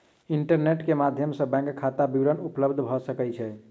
internet के माध्यम सॅ बैंक खाता विवरण उपलब्ध भ सकै छै